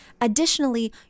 additionally